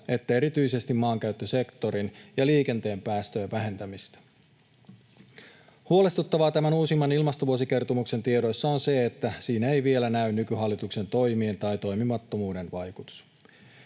että erityisesti maankäyttösektorin ja liikenteen päästöjen vähentämistä. Huolestuttavaa tämän uusimman ilmastovuosikertomuksen tiedoissa on se, että siinä ei vielä näy nykyhallituksen toimien tai toimimattomuuden vaikutus.